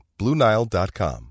BlueNile.com